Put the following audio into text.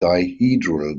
dihedral